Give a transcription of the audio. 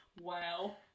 wow